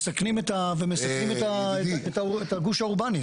ומסכנים את הגוש האורבני.